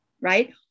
right